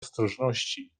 ostrożności